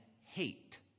hate